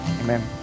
amen